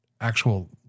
actual